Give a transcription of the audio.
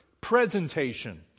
presentation